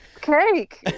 cake